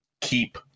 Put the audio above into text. keep